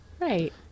Right